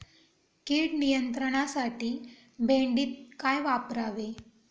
कीड नियंत्रणासाठी भेंडीत काय वापरावे?